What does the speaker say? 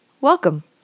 Welcome